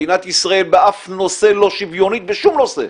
מדינת ישראל באף נושא לא שוויונית, בשום נושא,